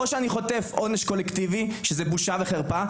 או שאני חוטף עונש קולקטיבי שזה בושה וחרפה,